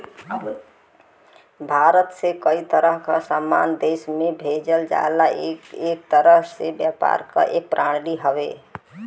भारत से कई तरह क सामान देश में भेजल जाला ई एक तरह से व्यापार क एक प्रणाली हउवे